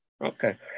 Okay